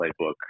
playbook